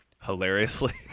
hilariously